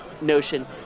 notion